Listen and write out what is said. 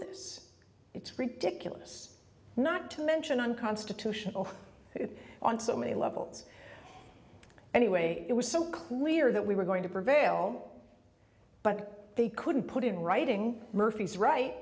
this it's ridiculous not to mention unconstitutional on so many levels anyway it was so clear that we were going to prevail but they couldn't put it in writing murphy's right